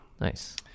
nice